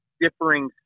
differing